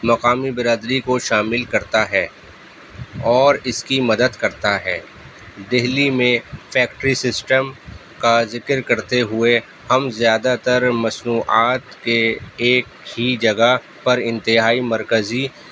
مقامی برادری کو شامل کرتا ہے اور اس کی مدد کرتا ہے دہلی میں فیکٹری سسٹم کا ذکر کرتے ہوئے ہم زیادہ تر مصنوعات کے ایک ہی جگہ پر انتہائی مرکزی